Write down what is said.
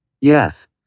Yes